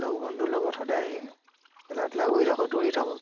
লগ বন্ধুৰ লগত সদায় খেলা ধূলা কৰি থাকোঁ দৌৰি থাকোঁ